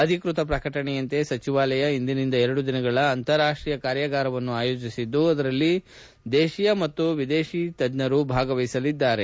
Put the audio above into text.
ಅಧಿಕೃತ ಪ್ರಕಟಣೆಯಂತೆ ಸಚಿವಾಲಯ ಇಂದಿನಿಂದ ಎರಡು ದಿನಗಳ ಅಂತಾರಾಷ್ಟೀಯ ಕಾರ್ಯಾಗಾರವನ್ನು ಆಯೋಜಿಸಿದ್ದು ಅದರಲ್ಲಿ ದೇಶದ ಹಾಗೂ ವಿದೇಶದ ತಜ್ಞರು ಭಾಗವಹಿಸಲಿದ್ದಾರೆ